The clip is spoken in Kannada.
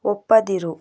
ಒಪ್ಪದಿರು